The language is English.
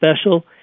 special